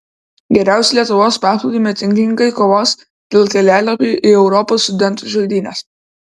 geriausi lietuvos paplūdimio tinklininkai kovos dėl kelialapių į europos studentų žaidynes